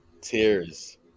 tears